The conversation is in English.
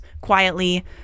quietly